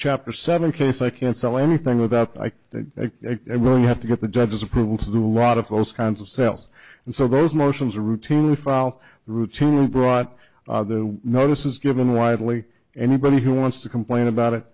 chapter seven case i can't sell anything without that you have to get the judge's approval to do a lot of those kinds of cells and so those motions are routinely file routinely brought the notice is given widely anybody who wants to complain about it